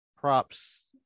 Props